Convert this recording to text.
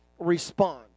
Respond